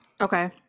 okay